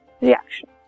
reaction